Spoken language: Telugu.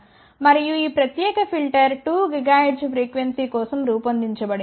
మరియు ఈ ప్రత్యేక ఫిల్టర్ 2 గిగాహెర్ట్జ్ఫ్రీక్వెన్సీ కోసం రూపొందించబడింది